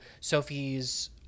Sophie's